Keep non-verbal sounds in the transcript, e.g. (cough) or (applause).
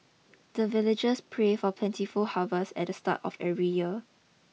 the villagers pray for plentiful (unintelligible) harvest at the start of every year